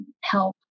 help